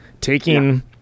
taking